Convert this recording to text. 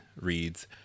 reads